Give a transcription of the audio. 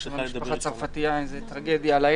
יש שם משפחה צרפתייה עם טרגדיה הלילה,